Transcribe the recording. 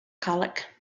colic